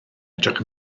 edrych